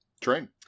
train